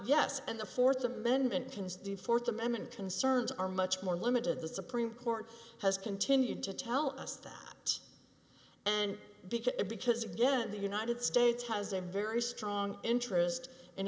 yes and the fourth amendment fourth amendment concerns are much more limited the supreme court has continued to tell us that and because again the united states has a very strong interest